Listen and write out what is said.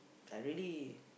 I really